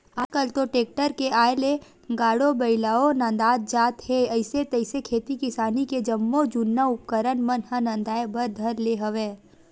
आल कल तो टेक्टर के आय ले गाड़ो बइलवो नंदात जात हे अइसे तइसे खेती किसानी के जम्मो जुन्ना उपकरन मन ह नंदाए बर धर ले हवय